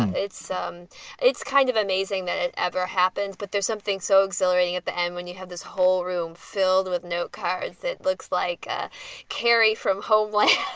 it's um it's kind of amazing that it ever happens. but there's something so exhilarating at the end when you have this whole room filled with note cards that looks like a carry from home what